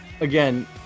again